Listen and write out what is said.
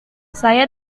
saya